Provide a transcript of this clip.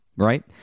right